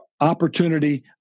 opportunity